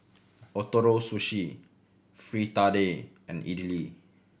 Ootoro Sushi Fritada and Idili